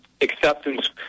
Acceptance